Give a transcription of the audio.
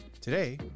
Today